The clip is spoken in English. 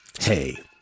Hey